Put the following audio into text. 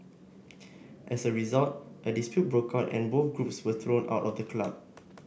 as a result a dispute broke out and both groups were thrown out of the club